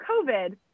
COVID